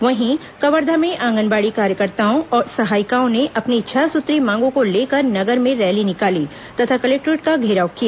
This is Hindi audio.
वहीं कवर्धा में आंगनबाड़ी कार्यकर्ताओं और सहायिकाओं ने अपनी छह सूत्रीय मांगों को लेकर नगर में रैली निकाली तथा कलेक्टोरेट का घेराव किया